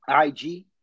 IG